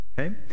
okay